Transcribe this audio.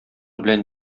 белән